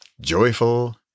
joyful